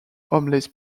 homeless